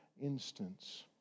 instance